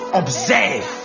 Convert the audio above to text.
observe